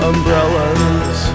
Umbrellas